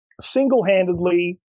single-handedly